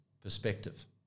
perspective